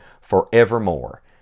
forevermore